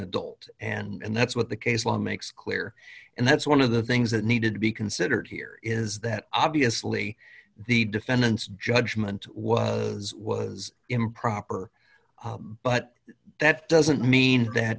adult and that's what the case law makes clear and that's one of the things that needed to be considered here is that obviously the defendant's judgment was improper but that doesn't mean that